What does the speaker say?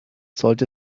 sollte